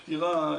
פטירה,